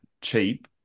cheap